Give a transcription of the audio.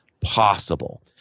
possible